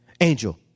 Angel